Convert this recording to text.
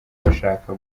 bashaka